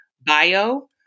bio